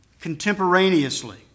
contemporaneously